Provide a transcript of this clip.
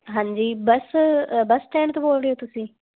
ਹਾਂਜੀ bus bus stand ਤੋਂ ਬੋਲ ਰਹੇ ਹੋ ਤੁਸੀਂ